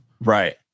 Right